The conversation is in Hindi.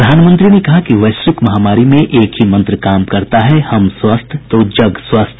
प्रधानमंत्री ने कहा कि वैश्विक महामारी में एक ही मंत्र काम करता है हम स्वस्थ तो जग स्वस्थ